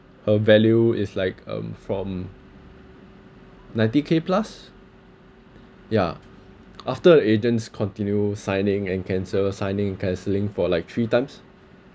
her value is like um from ninety K plus ya after agents continue signing and cancel signing and cancelling for like three times